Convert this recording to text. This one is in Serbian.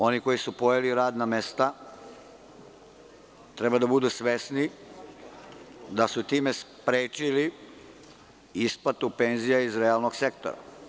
Oni koji su pojeli radna mesta treba da budu svesni da su time sprečili isplatu penzija iz realnog sektora.